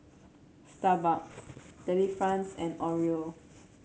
Starbucks Delifrance and Oreo